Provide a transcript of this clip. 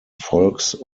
volks